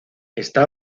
está